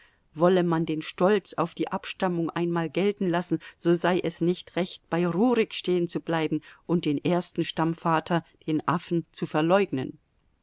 wolle man den stolz auf die abstammung einmal gelten lassen so sei es nicht recht bei rurik stehenzubleiben und den ersten stammvater den affen zu verleugnen